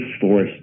forced